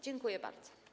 Dziękuję bardzo.